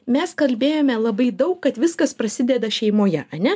mes kalbėjome labai daug kad viskas prasideda šeimoje ane